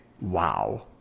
Wow